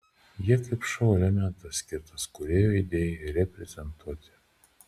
jie kaip šou elementas skirtas kūrėjo idėjai reprezentuoti